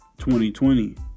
2020